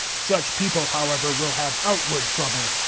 such people, however, will have outward trouble.